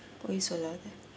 பொய் சொல்லாத:poi sollatha